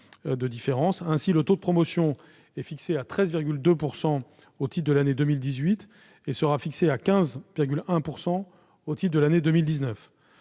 Ainsi, le taux de promotion est fixé à 13,2 % au titre de l'année 2018 et sera établi à 15,1 % au titre de l'année 2019.